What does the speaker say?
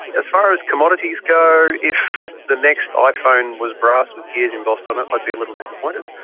as far as commodities go, if the next iphone was brass with gears embossed on it i'd be a little disappointed.